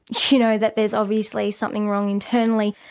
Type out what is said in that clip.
you know, that there's obviously something wrong internally,